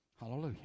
Hallelujah